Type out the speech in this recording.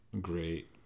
great